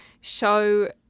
show